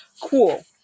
Cool